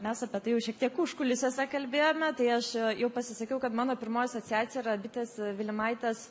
mes apie tai jau šiek tiek užkulisiuose kalbėjome tai aš jau pasisakiau kad mano pirmoji asociacija yra bitės vilimaitės